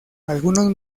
algunos